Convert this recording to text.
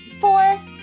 four